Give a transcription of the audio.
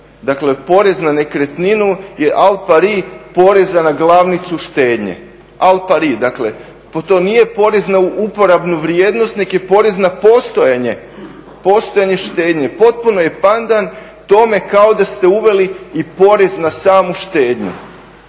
porez na nekretninu je al pari poreza na glavnicu štednje, al pari. Dakle to nije porez na uporabnu vrijednost nego je porez na postojanje štednje. Potpuno je pandan tome kao da ste uveli i porez na samu štednju.